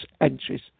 entries